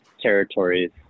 territories